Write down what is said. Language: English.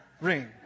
ring